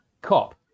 COP